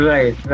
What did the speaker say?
Right